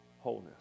wholeness